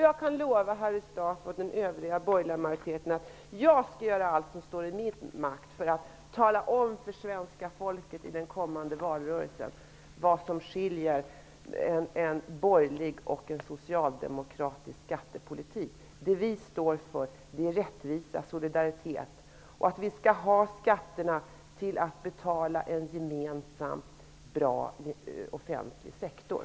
Jag kan lova Harry Staaf och den övriga borgerliga majoriteten att jag skall göra allt som står i min makt för att i den kommande valrörelsen tala om för svenska folket vad som skiljer en borgerlig och en socialdemokratisk skattepolitik åt. Det vi står för är rättvisa och solidaritet. Vi skall använda skatterna till att betala en gemensam bra offentlig sektor.